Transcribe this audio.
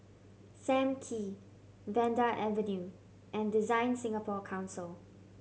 Sam Kee Vanda Avenue and DesignSingapore Council